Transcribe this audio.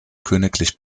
königlich